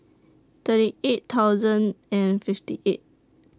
thirty eight thousand and fifty eight